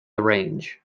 arrange